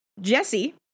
Jesse